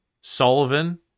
Sullivan